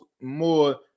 more